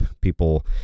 people